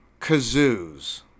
kazoos